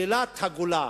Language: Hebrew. שלילת הגולה,